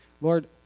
Lord